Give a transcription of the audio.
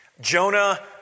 Jonah